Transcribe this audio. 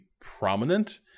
prominent